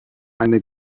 eine